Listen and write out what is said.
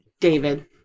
david